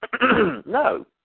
No